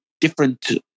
different